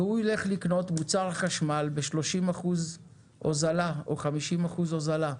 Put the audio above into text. והוא יילך לקנות מוצר חשמל ב-30% הוזלה או 50% הוזלה.